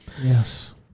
Yes